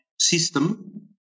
system